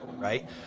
right